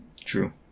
True